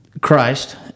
Christ